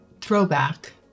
throwback